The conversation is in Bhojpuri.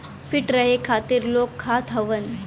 फिट रहे खातिर लोग खात हउअन